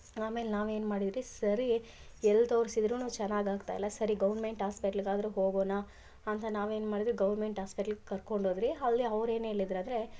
ಆಮೇಲೆ ನಾವೇನು ಮಾಡಿದ್ರಿ ಸರಿ ಎಲ್ಲಿ ತೋರಿಸಿದ್ರು ಚೆನ್ನಾಗ್ ಆಗ್ತಾಯಿಲ್ಲ ಸರಿ ಗೌರ್ಮೆಂಟ್ ಹಾಸ್ಪೆಟ್ಲ್ಗಾದ್ರು ಹೋಗೋಣ ಅಂತ ನಾವೇನು ಮಾಡಿದ್ವಿ ಗೌರ್ಮೆಂಟ್ ಹಾಸ್ಪೆಟ್ಲ್ಗ್ ಕರ್ಕೊಂಡೋದ್ರಿ ಅಲ್ಲಿ ಅವ್ರೇನು ಹೇಳಿದ್ರಂದ್ರೆ